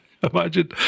Imagine